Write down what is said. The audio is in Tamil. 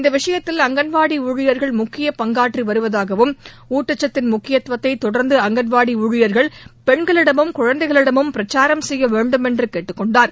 இந்த விஷயத்தில் அங்கன்வாடி ஊழியர்கள் முக்கிய பங்காற்றி வருவதாகவும் ஊட்டச்சத்தின் முக்கியத்துவத்தை தொடர்ந்து அங்கன்வாடி ஊழியர்கள் பென்களிடமும் குழந்தைகளிடமும் பிரச்சாரம் செய்ய வேண்டும் என்று கேட்டுக்கொண்டார்